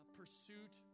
pursuit